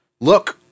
look